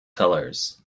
colors